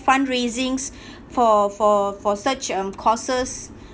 fundraisings for for for such um causes